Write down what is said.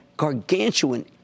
gargantuan